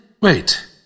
wait